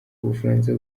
ubufaransa